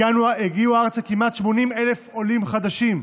הגיעו ארצה כמעט 80,000 עולים חדשים,